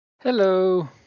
Hello